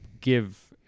give